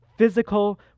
physical